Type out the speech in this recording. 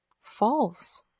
False